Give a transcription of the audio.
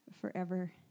forever